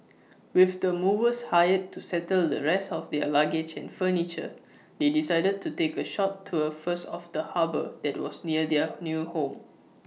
with the movers hired to settle the rest of their luggage and furniture they decided to take A short tour first of the harbour that was near their new home